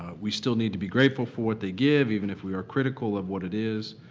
we still need to be grateful for what they give even if we are critical of what it is.